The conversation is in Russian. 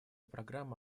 программа